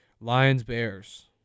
Lions-Bears